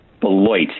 Beloit